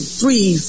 three